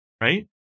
right